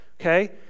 Okay